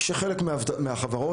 שחלק מהחברות,